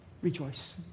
rejoice